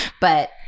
but-